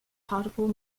hartlepool